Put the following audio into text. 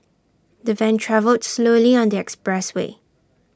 the van travelled slowly on the expressway